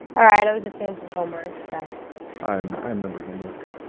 ah i and was just doing some homework, so i remember homework